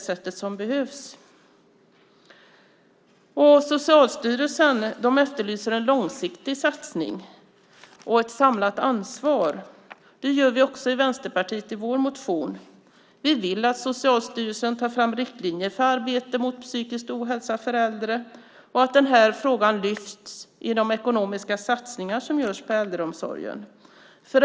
Socialstyrelsen efterlyser en långsiktig satsning och ett samlat ansvar. Det gör också vi i Vänsterpartiet i vår motion. Vi vill att Socialstyrelsen tar fram riktlinjer för arbete mot psykisk ohälsa och att frågan lyfts fram i de ekonomiska satsningarna på äldreomsorgen.